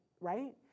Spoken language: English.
Right